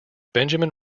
benjamin